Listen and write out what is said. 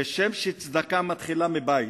כשם שצדקה מתחילה מבית,